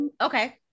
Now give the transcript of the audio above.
okay